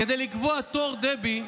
כדי לקבוע תור, דבי,